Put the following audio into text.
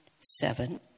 Seven